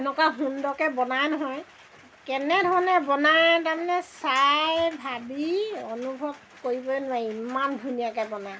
এনেকুৱা সুন্দৰকৈ বনাই নহয় কেনেধৰণে বনাই তাৰমানে চাই ভাবি অনুভৱ কৰিবই নোৱাৰি ইমান ধুনীয়াকৈ বনায়